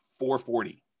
440